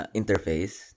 interface